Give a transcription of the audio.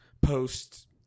post